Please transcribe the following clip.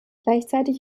gleichzeitig